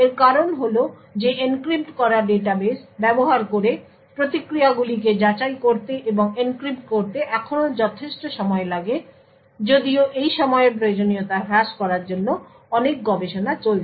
এর কারণ হল যে এনক্রিপ্ট করা ডাটাবেস ব্যবহার করে প্রতিক্রিয়াগুলিকে যাচাই করতে এবং এনক্রিপ্ট করতে এখনও যথেষ্ট সময় লাগে যদিও এই সময়ের প্রয়োজনীয়তা হ্রাস করার জন্য অনেক গবেষণা চলছে